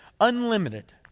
unlimited